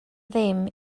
ddim